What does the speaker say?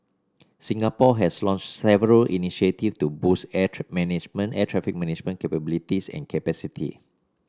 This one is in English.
Singapore has launched several initiatives to boost air traffic management air traffic management capabilities and capacity